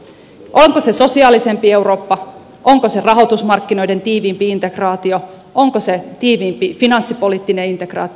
onko se sosiaalisempi eurooppa onko se rahoitusmarkkinoiden tiiviimpi integraatio onko se tiiviimpi finanssipoliittinen integraatio